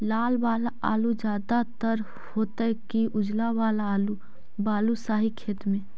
लाल वाला आलू ज्यादा दर होतै कि उजला वाला आलू बालुसाही खेत में?